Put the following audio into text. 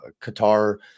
qatar